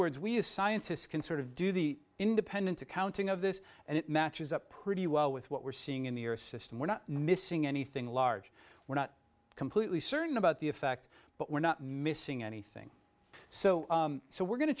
words we as scientists can sort of do the independent accounting of this and it matches up pretty well with what we're seeing in the earth's system we're not missing anything large we're not completely certain about the effect but we're not missing anything so so we're going to